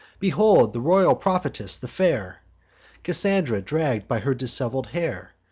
behold the royal prophetess, the fair cassandra, dragg'd by her dishevel'd hair,